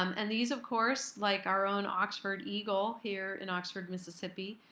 um and these of course, like our own oxford eagle here in oxford, mississippi,